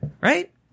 Right